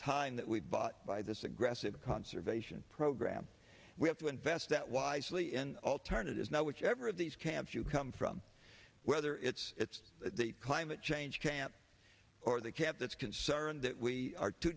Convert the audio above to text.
time that we bought by this aggressive conservation program we have to invest that wisely in alternatives now whichever of these camps you come from whether it's it's the climate change champ or the cat that's concerned that we are to